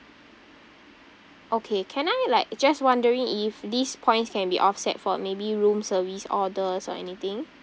okay can I like just wondering if these points can be offset for maybe room service orders or anything